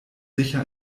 sicher